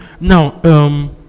Now